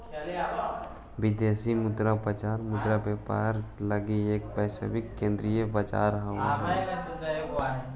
विदेशी मुद्रा बाजार मुद्रा के व्यापार लगी एक वैश्विक विकेंद्रीकृत बाजार हइ